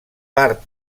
part